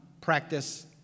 practice